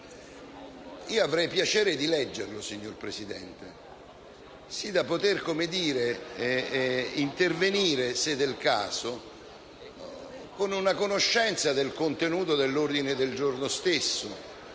Io avrei piacere di leggerlo, signor Presidente, sì da poter intervenire, se del caso, con una conoscenza del contenuto dell'ordine del giorno stesso.